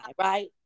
right